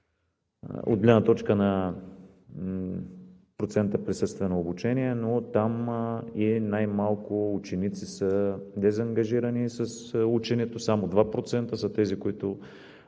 от гледна точка на процента присъствено обучение. Но и там най-малко ученици са дезангажирани с ученето – само 2% са тези, които